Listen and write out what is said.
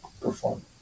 Perform